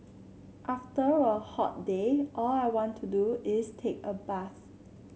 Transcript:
after a hot day all I want to do is take a bath